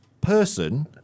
person